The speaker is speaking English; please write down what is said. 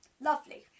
Lovely